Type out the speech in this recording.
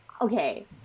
okay